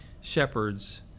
shepherds